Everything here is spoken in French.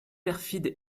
perfide